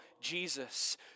Jesus